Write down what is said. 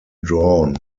drawn